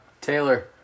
Taylor